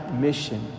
mission